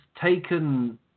taken